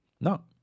No